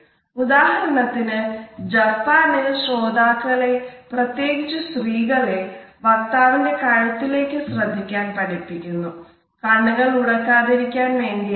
ഉദാഹരണത്തിന് ജപ്പാനിൽ ശ്രോതാക്കളെ പ്രത്യേകിച്ചു സ്ത്രീകളെ വക്താവിന്റെ കഴുത്തിലേക്ക് ശ്രദ്ധിക്കാൻ പഠിപ്പിക്കുന്നു കണ്ണുകൾ ഉടക്കാതിരിക്കാൻ വേണ്ടിയാണിത്